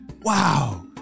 Wow